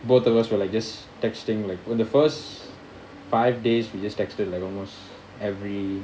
both of us were like just texting like when the first five days we just texted like almost every